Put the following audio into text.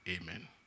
amen